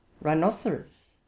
rhinoceros